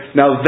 now